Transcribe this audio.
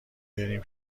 بریم